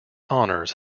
honors